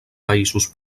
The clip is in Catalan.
països